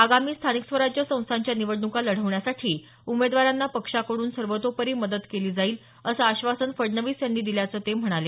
आगामी स्थानिक स्वराज्य संस्थांच्या निवडणुका लढवण्यासाठी उमेदवारांना पक्षाकडून सर्वोतोपरी मदत केली जाईल असं आश्वासन फडणवीस यांनी दिल्याचं ते म्हणाले